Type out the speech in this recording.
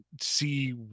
See